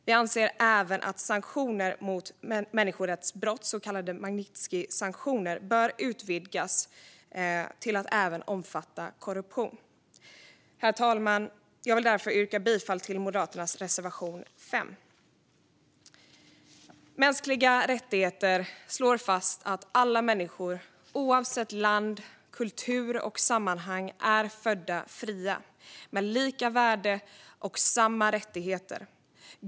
Vi anser även att sanktioner mot människorättsbrott, så kallade Magnitskijsanktioner, bör utvidgas till att även omfatta korruption. Herr talman! Jag vill därför yrka bifall till Moderaternas reservation 5. Mänskliga rättigheter slår fast att alla människor, oavsett land, kultur och sammanhang, är födda fria med lika värde och samma rättigheter.